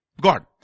God